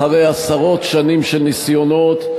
אחרי עשרות שנים של ניסיונות,